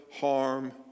harm